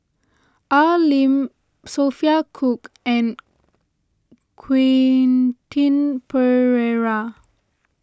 Al Lim Sophia Cooke and Quen Ting Pereira